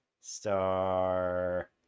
Star